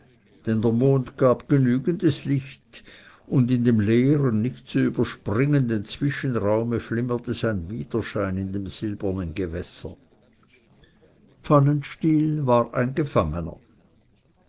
der mond gab genügendes licht und in dem leeren nicht zu überspringenden zwischenraume flimmerte sein widerschein in dem silbernen gewässer pfannenstiel war ein gefangener